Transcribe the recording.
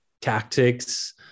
tactics